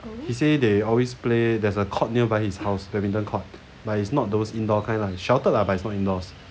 he say they always play there's a court nearby his house badminton court but it's not those indoor kind lah it's sheltered lah but it's not indoors